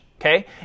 okay